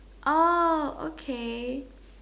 orh okay